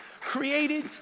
created